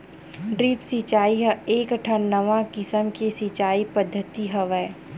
drip सिचई ह एकठन नवा किसम के सिचई पद्यति हवय